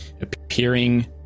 Appearing